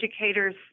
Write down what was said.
educators